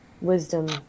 Wisdom